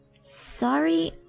Sorry